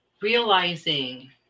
realizing